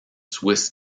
swiss